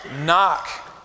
knock